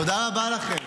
תודה רבה לכם.